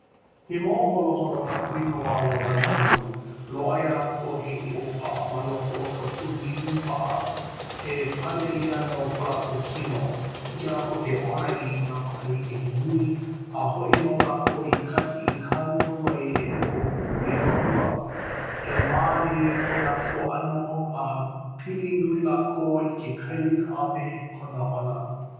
He mau holoholona kūikawā loa nā honu. Loaʻa iā lākou he ʻiʻo paʻa ma loko o ka pūniu paʻa he pale ia no ko lākou kino. Hiki iā lākou ke ola i nā makahiki he nui, a hoʻi mau lākou i kahi i hānau ai e hoʻokupu i nā hua. He mālie ko lākou ʻano, a pili nui lākou i ke kai a me kona ola.